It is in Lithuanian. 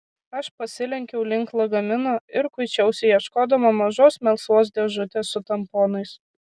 aš pasilenkiau link lagamino ir kuičiausi ieškodama mažos melsvos dėžutės su tamponais